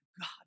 God